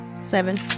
Seven